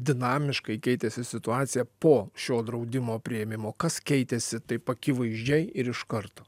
dinamiškai keitėsi situacija po šio draudimo priėmimo kas keitėsi taip akivaizdžiai ir iš karto